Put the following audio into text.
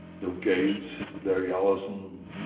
bill gates, larry ellison,